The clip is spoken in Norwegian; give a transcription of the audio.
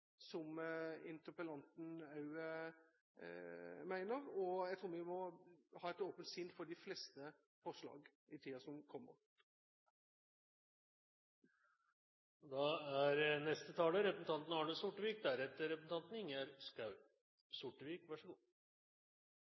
og jeg tror vi må ha et åpent sinn for de fleste forslag i tiden som kommer. Det er